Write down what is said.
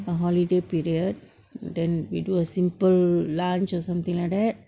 a holiday period then we do a simple lunch or something like that